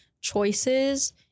choices